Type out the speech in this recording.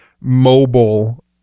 mobile